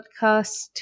podcast